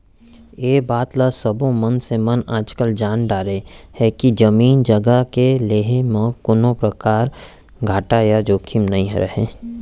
ए बात ल सब्बो मनसे मन आजकाल जान डारे हें के जमीन जघा के लेहे म कोनों परकार घाटा या जोखिम नइ रहय